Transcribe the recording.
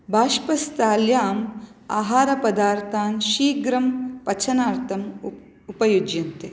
भाष्पस्थाल्याम् आहारपदार्थान् शीघ्रं पचनार्थम् उ उपयुज्यन्ते